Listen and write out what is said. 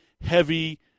heavy